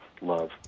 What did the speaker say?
love